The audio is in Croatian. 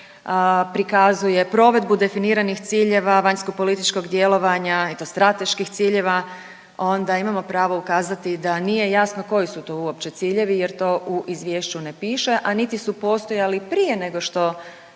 prikazuje provedbu definiranih ciljeva vanjskopolitičkog djelovanja i to strateških ciljeva onda imamo pravo ukazati da nije jasno koji su to uopće ciljevi jer to u izvješću ne piše, a niti su postojali prije nego što